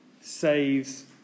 saves